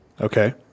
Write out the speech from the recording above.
Okay